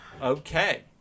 Okay